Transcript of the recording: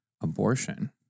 abortion